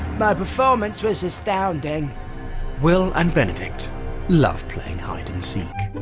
my performance was astounding will and benedict love playing hide and seek